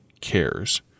cares